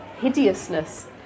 hideousness